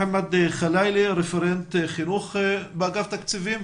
מוחמד חלאילה, רפרנט חינוך באגף תקציבים?